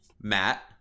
matt